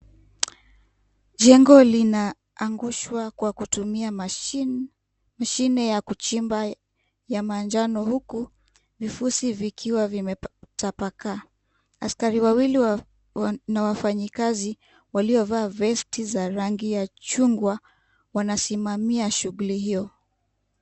Jengo linaangushwa kwa kutumia machine , mashine ya kuchimba ya manjano huku vifusi vikiwa vimetapakaa. Askari wawili na wafanyikazi waliovalia vesti ya rangi ya chungwa wanasimamia shughuli hiyo.